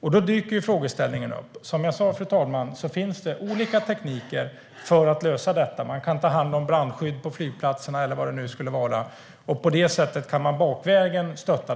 Då dyker ju frågeställningen upp. Som jag sa, fru talman, finns det olika tekniker för att lösa detta. Man kan ta hand om brandskydd på flygplatserna, eller vad det nu skulle vara, och på det sättet kan man bakvägen stötta detta.